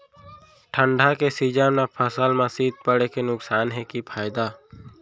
ठंडा के सीजन मा फसल मा शीत पड़े के नुकसान हे कि फायदा?